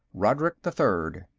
rodrik the third.